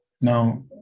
Now